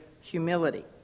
humility